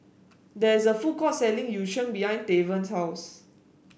there is a food court selling Yu Sheng behind Tavon's house